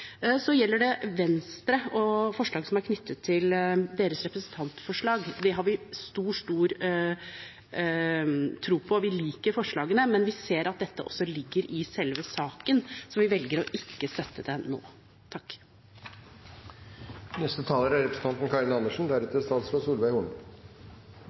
så det kan vi være med på. Så gjelder det Venstre og forslag knyttet til deres representantforslag: Det har vi stor tro på, vi liker forslagene, men vi ser at dette også ligger i selve saken, så vi velger ikke å støtte det nå.